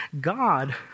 God